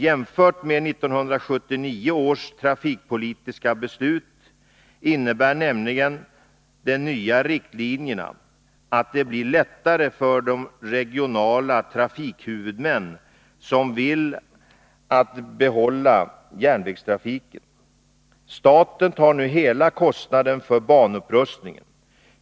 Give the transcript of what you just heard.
Jämfört med 1979 års trafikpolitiska beslut innebär nämligen de nya riktlinjerna att det blir lättare för de regionala trafikhuvudmän som så vill att behålla järnvägstrafiken. Staten tar nu hela kostnaden för banupprustningen.